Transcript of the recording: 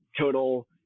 total